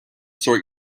sort